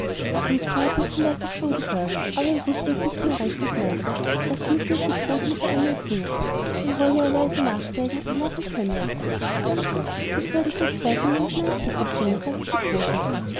hatte es vielleicht auch schon gehört aber er wußte es nicht mehr recht und meinte erst müsse es die großmutter einmal singen dann wolle er leise nachgeigen nachher könne er's dann schon jetzt werd ich noch vorsinger mit meiner zitterstimme sagte die großmutter